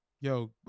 Yo